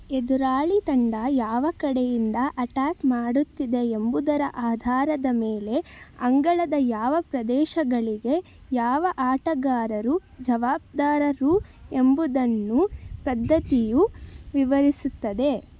ಎದುರಾಳಿ ತಂಡ ಯಾವ ಕಡೆಯಿಂದ ಅಟ್ಯಾಕ್ ಮಾಡುತ್ತಿದೆ ಎಂಬುದರ ಆಧಾರದ ಮೇಲೆ ಅಂಗಳದ ಯಾವ ಪ್ರದೇಶಗಳಿಗೆ ಯಾವ ಆಟಗಾರರು ಜವಾಬ್ದಾರರು ಎಂಬುದನ್ನು ಪದ್ಧತಿಯು ವಿವರಿಸುತ್ತದೆ